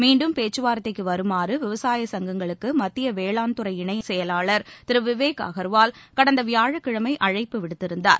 மீண்டும் பேச்சுவார்த்தைக்கு வருமாறு விவசாய சங்கங்களுக்கு மத்திய வேளாண்துறை இணைச்செயலாளர் திரு விவேக் அகர்வால் கடந்த வியாழக்கிழமை அழைப்பு விடுத்திருந்தார்